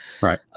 Right